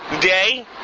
day